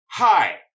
Hi